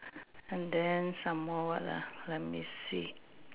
and then some more what ah let me see